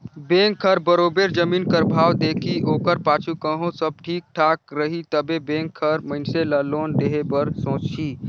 bank हर बरोबेर जमीन कर भाव देखही ओकर पाछू कहों सब ठीक ठाक रही तबे बेंक हर मइनसे ल लोन देहे बर सोंचही